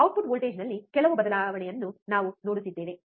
output ವೋಲ್ಟೇಜ್ನಲ್ಲಿ ಕೆಲವು ಬದಲಾವಣೆಯನ್ನು ನಾವು ನೋಡುತ್ತಿದ್ದೇವೆ